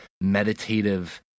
meditative